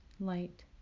light